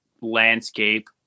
landscape